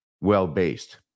well-based